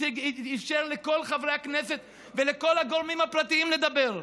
אפשר לכל חברי הכנסת ולכל הגורמים הפרטיים לדבר.